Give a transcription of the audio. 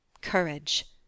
Courage